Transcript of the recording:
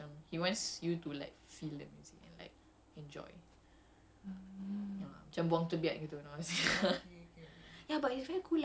macam you you just try and do like it's okay if you don't catch it exactly but macam he wants you to like feel the music and like enjoy